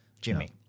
Jimmy